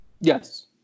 Yes